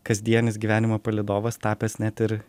kasdienis gyvenimo palydovas tapęs net ir